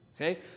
Okay